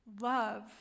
love